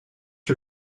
her